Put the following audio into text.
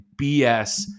BS